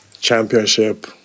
championship